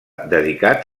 dedicar